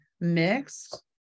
mixed